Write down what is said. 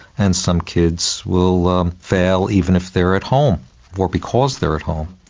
and some kids will fail even if they are at home or because they are at home.